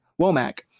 Womack